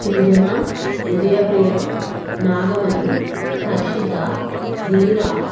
Srujana Udayapriya Nagamani Harshita Veera